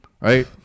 right